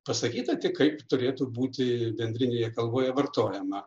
pasakyta tik kaip turėtų būti bendrinėje kalboje vartojama